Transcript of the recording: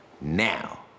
Now